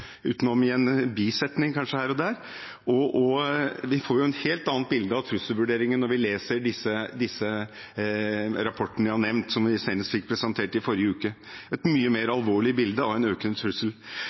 utenom kanskje i en bisetning her og der. Vi får et helt annet bilde av trusselvurderingene når vi leser disse rapportene jeg har nevnt – den ene fikk vi presentert i forrige uke – et mye mer